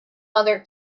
mother